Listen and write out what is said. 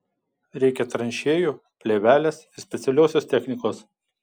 reikia tranšėjų plėvelės ir specialiosios technikos